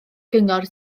gyngor